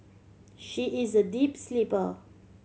she is a deep sleeper